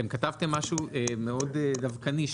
אתם כתבתם משהו מאוד דווקני,